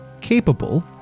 capable